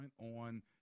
on